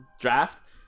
draft